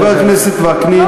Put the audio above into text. חבר הכנסת וקנין,